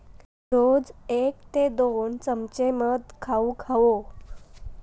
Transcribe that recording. रोज एक ते दोन चमचे मध खाउक हवो